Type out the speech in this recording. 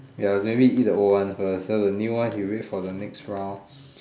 ya maybe he eat the old one first so the new one he will wait for the next round